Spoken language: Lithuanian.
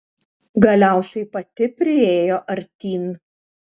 galiausiai pati priėjo artyn